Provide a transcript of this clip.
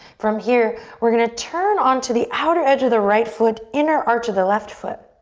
from here we're gonna turn onto the outer edge of the right foot, inner arch of the left foot.